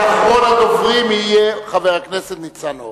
ואחרון הדוברים יהיה חבר הכנסת ניצן הורוביץ.